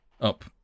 up